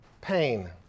pain